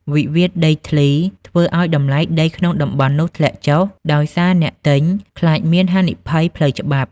. វិវាទដីធ្លីធ្វើឱ្យតម្លៃដីក្នុងតំបន់នោះធ្លាក់ចុះ ដោយសារអ្នកទិញខ្លាចមានហានិភ័យផ្លូវច្បាប់។